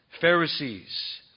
Pharisees